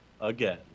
again